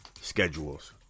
schedules